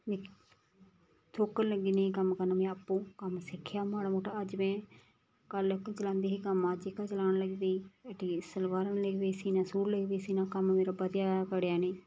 मिकी ठोकर लग्गी नेईं कम्म करना में आपूं कम्म सिक्खेआ माड़ा मुट्टा अज्ज में कल एह्का चलांदी ही कम्म अज्ज एह्का चलान लगी पेई हट्टियै दी सलबारां बी लगी पेई सीना सूट लगी पेई सीना कम्म मेरा बधेआ ऐ घटेआ नेईं